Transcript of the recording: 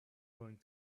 going